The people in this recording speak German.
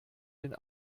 den